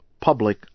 public